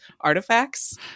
artifacts